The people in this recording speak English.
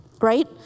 right